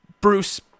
Bruce